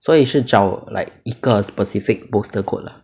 所以是找 like 一个 specific postal code lah